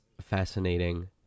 fascinating